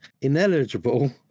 ineligible